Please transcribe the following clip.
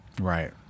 Right